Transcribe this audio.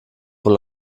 wohl